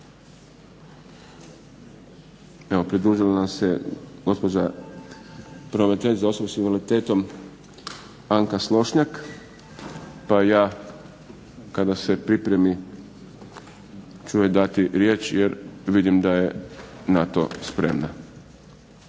Evo pridružila nam se gospođa pravobraniteljica za osobe s invaliditetom Anka Slošnjak pa ja kada se pripremi ću joj dati riječ jer vidim da je na to spremna.